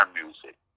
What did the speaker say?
music